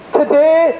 today